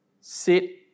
sit